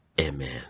Amen